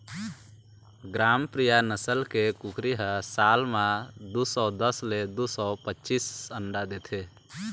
ग्रामप्रिया नसल के कुकरी ह साल म दू सौ दस ले दू सौ पचीस अंडा देथे